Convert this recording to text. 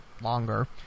longer